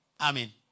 Amen